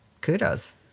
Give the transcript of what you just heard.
kudos